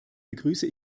begrüße